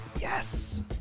Yes